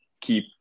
keep